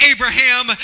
Abraham